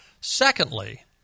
Secondly